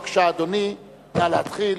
בבקשה, אדוני, נא להתחיל.